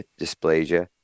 dysplasia